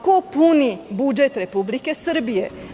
Ko puni budžet Republike Srbije?